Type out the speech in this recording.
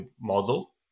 model